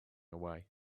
away